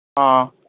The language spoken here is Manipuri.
ꯑꯥ